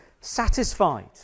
satisfied